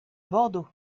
bordeaux